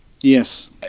Yes